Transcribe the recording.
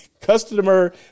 customer